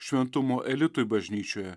šventumo elitui bažnyčioje